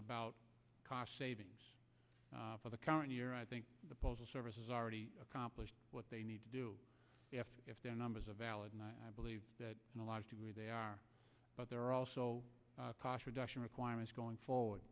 about cost savings for the current year i think the postal service has already accomplished what they need to do if their numbers are valid and i believe that in a large degree they are but there are also cost reduction requirements going forward